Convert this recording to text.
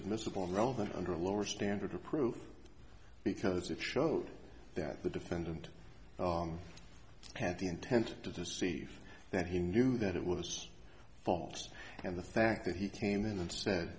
admissible relevant under a lower standard of proof because it showed that the defendant had the intent to deceive that he knew that it was false and the fact that he came in and said